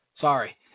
Sorry